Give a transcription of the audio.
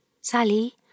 Sally